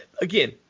again